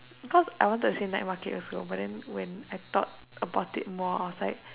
because I want to say night market also but then when I thought about it more I was like